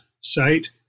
site